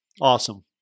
Awesome